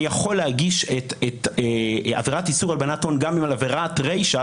אני יכול להגיש את עבירת איסור הלבנת הון גם על עבירת רישה,